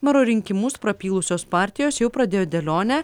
mero rinkimus prapylusio partijos jau pradėjo dėlionę